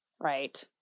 right